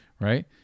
right